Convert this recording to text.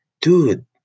Dude